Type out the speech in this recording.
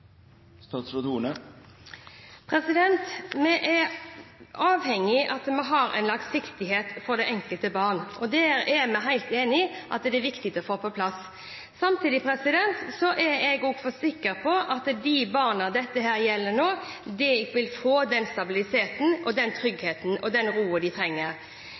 Vi er avhengig av at vi har en langsiktighet for det enkelte barn, og vi er helt enig i at det er viktig å få det på plass. Samtidig er jeg sikker på at de barna dette gjelder nå, vil få den stabiliteten, den tryggheten og den roen de trenger.